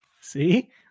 See